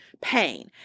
pain